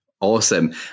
Awesome